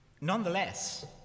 Nonetheless